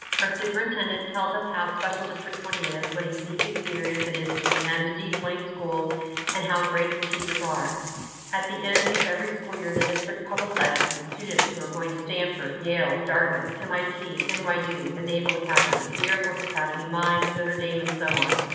our superintendent tells us how special district twenty and is what a unique experience it is to attend d two school and how great its teachers are at the end of every school year. the district publicises the students who are going to stanford, yale, dartmouth, mit and why you, the naval academy. the air force academy mines, notre dame and so on.